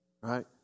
Right